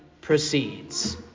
proceeds